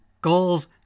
Goals